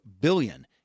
billion